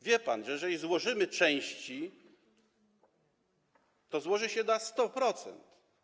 Wie pan, że jeżeli złożymy części, to złoży się z tego 100%.